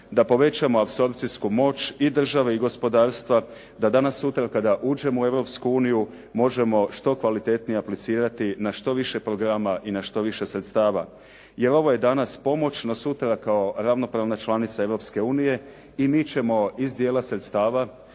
da povećamo apsorcijsku moć i države i gospodarstva. Da danas sutra kada uđemo u Europsku uniju možemo što kvalitetnije aplicirati na što više programa i na što više sredstava. Jer ovo je danas pomoć no sutra kao ravnopravna članica Europske unije i mi ćemo iz dijela sredstava